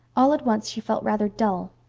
all at once she felt rather dull.